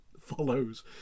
follows